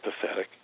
pathetic